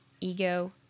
ego